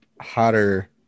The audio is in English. hotter